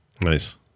Nice